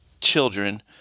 children